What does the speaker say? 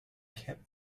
kept